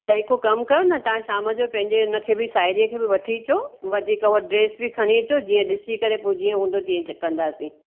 पो हिकु कम कयो न तव्हां शाम जो पंहिंजे हिन खे बि साहेड़ीअ खे बि वठी अचो वधीक उहा ड्रेस बि खणी अचो जीअं ॾिसी करे पोइ जीअं हूंदो तीअं कंदासीं